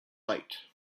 light